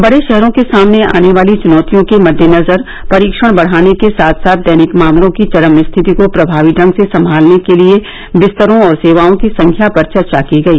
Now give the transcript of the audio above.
बड़े शहरों के सामने आने वाली च्नौतियों के मद्देनजर परीक्षण बढ़ाने के साथ साथ दैनिक मामलों की चरम स्थिति को प्रमावी ढंग से संभालने के लिए बिस्तरों और सेवाओं की संख्या पर चर्चा की गई